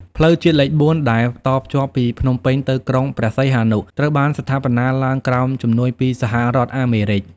ផ្លូវជាតិលេខ ៤ ដែលតភ្ជាប់ពីភ្នំពេញទៅក្រុងព្រះសីហនុ ត្រូវបានស្ថាបនាឡើងក្រោមជំនួយពីសហរដ្ឋអាមេរិក។